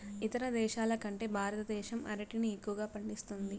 ఇతర దేశాల కంటే భారతదేశం అరటిని ఎక్కువగా పండిస్తుంది